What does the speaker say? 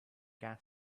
gas